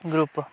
group